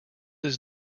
his